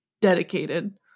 dedicated